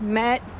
met